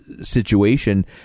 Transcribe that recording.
situation